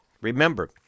Remember